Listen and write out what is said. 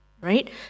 right